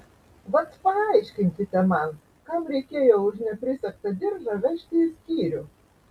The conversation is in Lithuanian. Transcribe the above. vat paaiškinkite man kam reikėjo už neprisegtą diržą vežti į skyrių